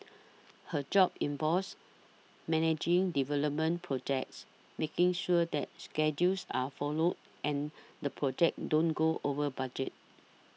her job involves managing development projects making sure that schedules are followed and the projects don't go over budget